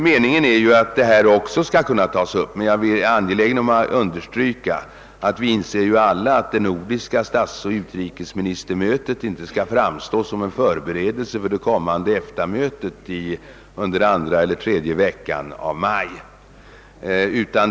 Meningen är att också dessa problem skall kunna tas upp, men jag är angelägen om att understryka att det nordiska statsoch utrikesministermötet inte skall framstå som en förberedelse för det kommande EFTA-mötet under andra eller tredje veckan i maj.